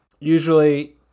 Usually